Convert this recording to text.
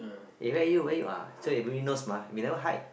eh where are you where you ah so they really knows mah they never hide